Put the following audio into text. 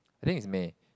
I think it's May